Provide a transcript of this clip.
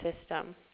system